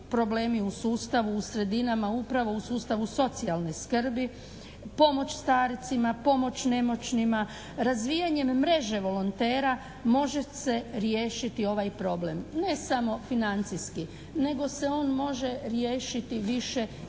problemi u sustavu u sredinama upravo u sustavu socijalne skrbi, pomoć starcima, pomoć nemoćnima, razvijanjem mreže volontera može se riješiti ovaj problem. Ne samo financijski nego se on može riješiti više i na